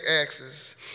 axes